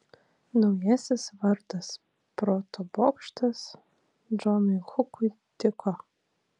naujasis vardas proto bokštas džonui hukui tiko